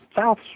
South